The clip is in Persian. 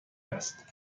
است